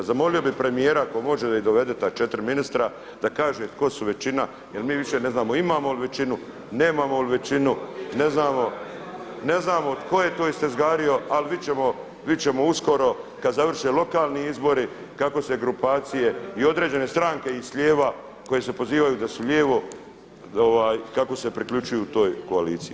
Zamolio bih premijera ako može da ih dovede ta 4 ministra, da kaže tko su većina jer mi više ne znamo imamo li većinu, nemamo li većinu, ne znamo, ne znamo tko je to istezgario ali biti ćemo, biti ćemo uskoro kada završe lokalni izbori kako se grupacije i određene stranke i s lijeva, koje se pozivaju da su lijevo, kako se priključuju toj koaliciji.